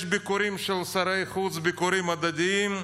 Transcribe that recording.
יש ביקורים של שרי חוץ, ביקורים הדדיים,